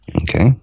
Okay